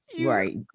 right